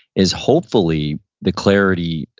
is hopefully the clarity,